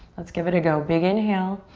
let's give it a go, big inhale.